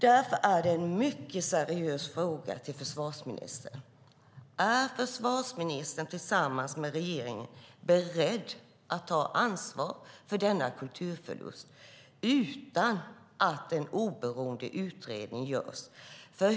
Därför är detta en mycket seriös fråga till försvarsministern: Är försvarsministern, tillsammans med regeringen, beredd att ta ansvar för denna kulturförlust utan att en oberoende utredning görs?